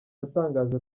yatangaje